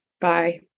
Bye